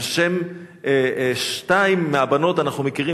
על שם שתיים מהבנות אנחנו מכירים